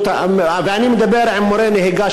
ואני מדבר עם מורי נהיגה,